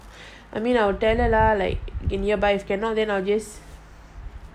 I mean I'll tell her like if nearby if cannot just